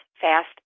fast